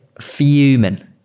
fuming